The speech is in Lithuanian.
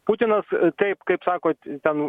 putinas taip kaip sakot ten